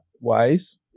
ways